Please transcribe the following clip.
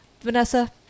Vanessa